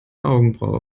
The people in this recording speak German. augenbraue